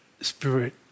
spirit